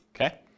okay